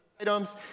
items